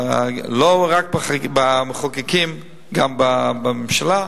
לא רק בבית-המחוקקים, גם בממשלה,